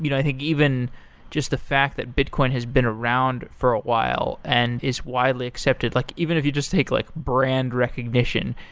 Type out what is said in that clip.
you know i think even just the fact that bitcoin has been around for a while and is widely accepted. like even if you just take like brand recognition,